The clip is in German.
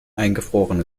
eingefrorene